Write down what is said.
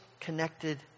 connected